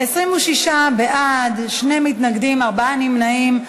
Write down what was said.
26 בעד, שני מתנגדים, ארבעה נמנעים.